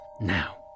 now